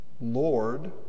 Lord